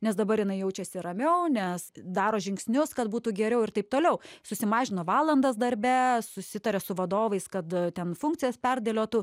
nes dabar jinai jaučiasi ramiau nes daro žingsnius kad būtų geriau ir taip toliau susimažino valandas darbe susitarė su vadovais kad ten funkcijas perdėliotų